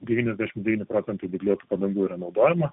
devyniasdešim devyni procentai dygliuotų padangų yra naudojama